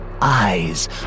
eyes